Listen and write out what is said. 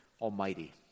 Almighty